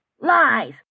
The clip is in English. Lies